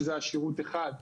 שזה השירות אחד,